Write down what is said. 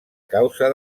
causa